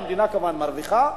המדינה כמובן מרוויחה.